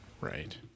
Right